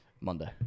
Monday